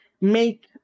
make